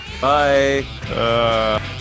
bye